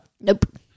nope